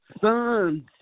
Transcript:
sons